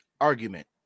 argument